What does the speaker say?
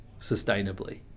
sustainably